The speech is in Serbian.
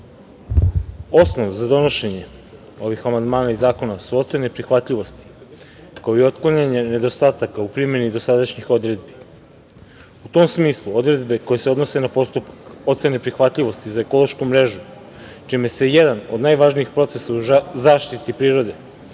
za donošenje ovih amandmana iz zakona su ocene prihvatljivosti, kao i otklanjanje nedostataka u primeni dosadašnjih odredbi. U tom smislu, odredbe koje se odnose na postupak ocene prihvatljivosti za ekološku mrežu, čime se jedan od najvažnijih procesa u zaštiti prirode,